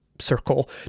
circle